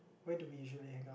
where do we usually hang